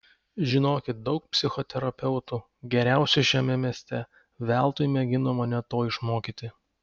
žinokit daug psichoterapeutų geriausių šiame mieste veltui mėgino mane to išmokyti